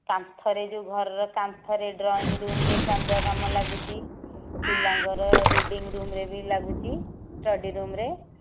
କାନ୍ଥରେ ଯେଉଁ ଘରର କାନ୍ଥରେ ଡ୍ରଇଂ ରୁମ୍ରେ ଚାନ୍ଦୁଆ କାମ ଲାଗୁଛି ପିଲାଙ୍କର ରୀଡ଼ିଂ ରୁମ୍ରେ ବି ଲାଗୁଛି ଷ୍ଟଡ଼ି ରୁମ୍ରେ